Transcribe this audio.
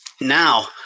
Now